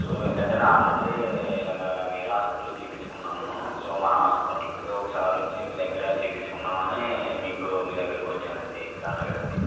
so ఏంటంటే నేను already వేరే హాస్పిటల్ చూపించుకున్నాను సో మన హాస్పిటల్కి కూడా ఒకసారి వచ్చి మీ దగ్గర చూపించుకుందాము అని మీ దగ్గరకి వచ్చాను అండి డాక్టర్ గారు అండి